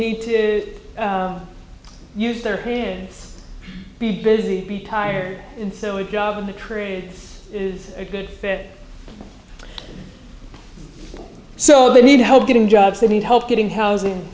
need to use their hands be busy be tired and so it job in the trade is a good fit so they need help getting jobs they need help getting housing